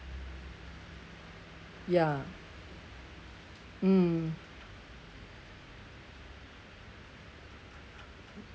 ya mm